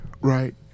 right